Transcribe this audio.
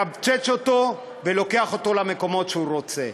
מכווצ'ץ' אותו ולוקח אותו למקומות שהוא רוצה.